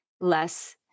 less